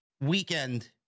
weekend